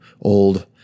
old